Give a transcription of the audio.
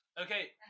Okay